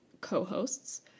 co-hosts